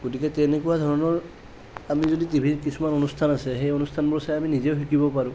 গতিকে তেনেকুৱা ধৰণৰ আমি যদি টিভিৰ কিছুমান অনুষ্ঠান আছে সেই অনুষ্ঠানবোৰ চাই আমি নিজেও শিকিব পাৰোঁঁ